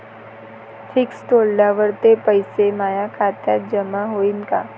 Fix तोडल्यावर ते पैसे माया खात्यात जमा होईनं का?